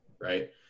right